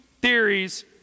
theories